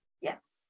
Yes